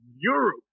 Europe